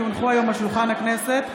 כי הונחו היום על שולחן הכנסת,